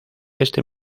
este